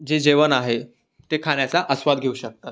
जे जेवण आहे ते खाण्याचा आस्वाद घेऊ शकतात